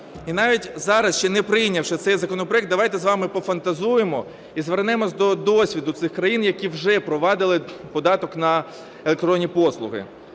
І навіть зараз, ще не прийнявши цей законопроект, давайте з вами пофантазуємо і звернемося до досвіду цих країн, які вже впровадили податок на електронні послуги.